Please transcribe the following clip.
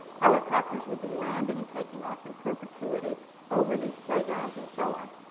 helicopters would be landing and taking off in perpetuity over these playgrounds and so on.